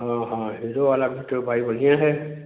हाँ हाँ हीरो वाला भी तो भाई बढ़िया है